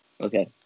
Okay